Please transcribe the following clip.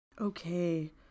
Okay